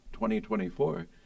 2024